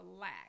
lack